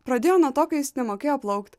pradėjo nuo to kai jis nemokėjo plaukt